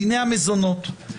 דיני המזונות,